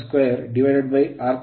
5Vth2rth√rth2xthxr2 ಸಮೀಕರಣ 29